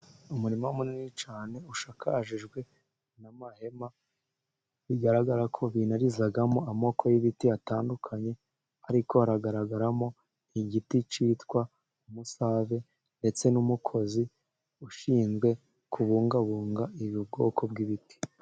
Umurima munini cyane ushakajijwe n'amahema, bigaragara ko binarizamo amoko y'ibiti atandukanye, ariko hagaragaramo igiti kitwa umusave, ndetse n'umukozi ushinzwe kubungabunga ubwoko bw'ibiti.